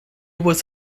was